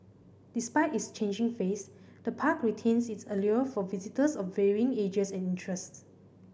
despite its changing face the park retains its allure for visitors of varying ages and interests